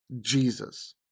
Jesus